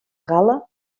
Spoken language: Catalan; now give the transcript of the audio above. gala